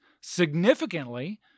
significantly—